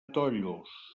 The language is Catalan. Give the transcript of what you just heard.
tollos